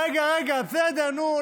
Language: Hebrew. רגע, רגע, בסדר, נו.